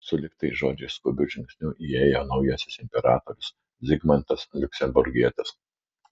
sulig tais žodžiais skubiu žingsniu įėjo naujasis imperatorius zigmantas liuksemburgietis